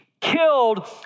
killed